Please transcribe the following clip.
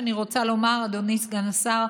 אדוני סגן השר,